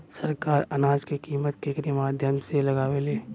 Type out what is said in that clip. सरकार अनाज क कीमत केकरे माध्यम से लगावे ले?